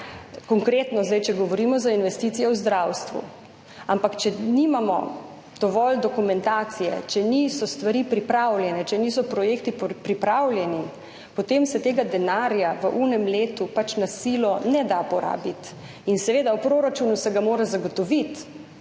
Konkretno, če zdaj govorimo za investicije v zdravstvu. Ampak če nimamo dovolj dokumentacije, če stvari niso pripravljene, če projekti niso pripravljeni, potem se tega denarja v tistem letu na silo ne da porabiti. In seveda, v proračunu se ga mora zagotoviti